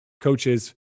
coaches